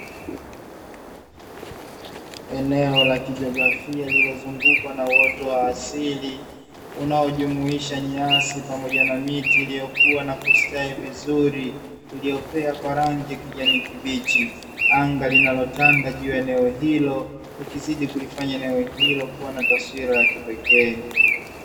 Eneo la kijiografia lililozungukwa na uoto wa asili, unaojumuisha nyasi pamoja na miti iliyokuwa na kustawi vizuri, iliyopea kwa rangi ya kijani kibichi, anga linalotanda juu ya eneo hilo likizidi kulifanya eneo hilo kuwa na taswira ya kipekee.